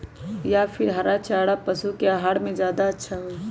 या फिर हरा चारा पशु के आहार में ज्यादा अच्छा होई?